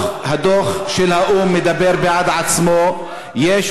מה עוזר המשט,